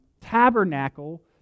tabernacle